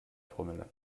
promille